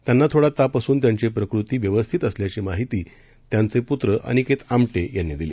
त्यांना थोडा ताप असून त्यांची प्रकृती व्यवस्थित असल्याची माहिती त्यांचे पुत्र अनिकेत आमटे यांनी दिली